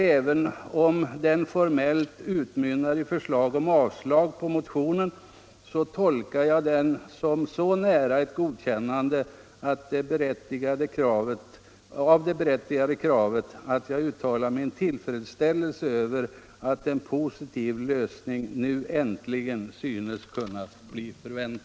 Även om den formellt utmynnar i förslag om avslag på motionen, tolkar jag den som så nära ett godkännande av det berättigade kravet, att jag uttalar min tillfredsställelse över att en positiv lösning nu äntligen tycks kunna förväntas.